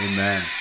Amen